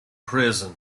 prison